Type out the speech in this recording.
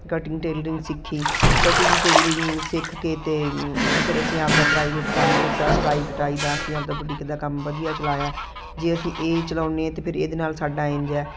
cutting tailoring ਸਿੱਖੀ cutting tailoring ਸਿੱਖ ਕੇ ਤਾਂ ਫਿਰ ਅਸੀਂ ਆਪਣਾ ਪ੍ਰਾਈਵੇਟ ਕੰਮ ਕੀਤਾ ਸਿਲਾਈ ਕਟਾਈ ਦਾ ਅਸੀਂ ਆਪਣਾ ਬੂਟੀਕ ਦਾ ਕੰਮ ਵਧੀਆ ਚਲਾਇਆ ਜੇ ਅਸੀਂ ਇਹ ਚਲਾਉਂਦੇ ਹਾਂ ਤਾਂ ਫਿਰ ਇਹਦੇ ਨਾਲ ਸਾਡਾ ਇੰਝ ਹੈ